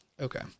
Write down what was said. Okay